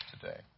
today